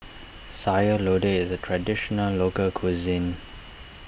Sayur Lodeh is a Traditional Local Cuisine